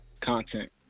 content